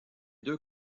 deux